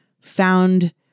found